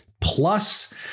plus